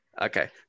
Okay